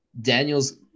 Daniel's